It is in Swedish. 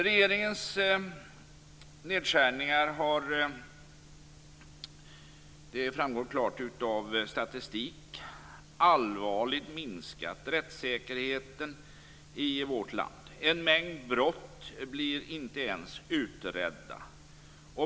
Regeringens nedskärningar har, det framgår klart av statistik, allvarligt minskat rättssäkerheten i vårt land. En mängd brott blir inte ens utredda.